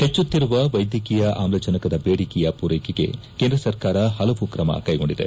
ಹೆಚ್ಚುತ್ತಿರುವ ವೈದ್ಯಕೀಯ ಆಮ್ಲಜನಕದ ಬೇಡಿಕೆಯ ಪೂರೈಕೆಗೆ ಕೇಂದ್ರ ಸರ್ಕಾರ ಹಲವು ಕ್ರಮ ಕೈಗೊಂಡಿದೆ